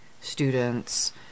students